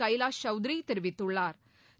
கைலாஷ் சவுத்ரி தெரிவித்துள்ளாா்